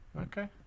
Okay